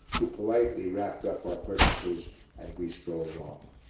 who politely wrapped up our purchases and we strolled off.